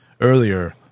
earlier